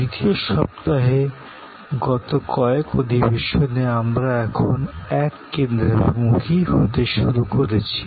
দ্বিতীয় সপ্তাহে গত কয়েক সেশনে আমরা এখন কনভার্জেন্ট হতে শুরু করেছি